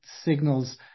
signals